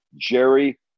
Jerry